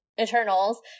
Eternals